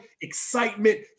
excitement